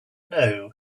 know